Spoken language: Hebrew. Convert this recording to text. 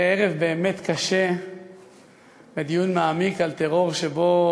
אחרי ערב באמת קשה בדיון מעמיק על טרור שבו,